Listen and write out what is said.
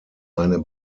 eine